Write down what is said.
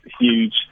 huge